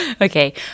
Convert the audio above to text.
Okay